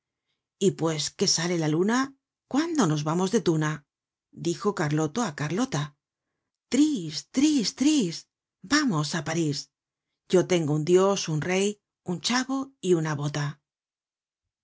y pues que sale la luna cuándo nos vamos de tuna dijo carloto á carlota tris tris tris vamos á parís y tengo un dios un rey un chavo y una bota